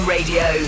Radio